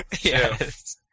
Yes